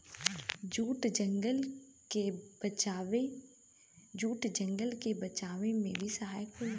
jute जंगल के बचावे में भी सहायक होला